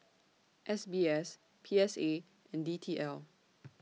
S B S P S A and D T L